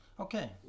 Okay